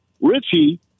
Richie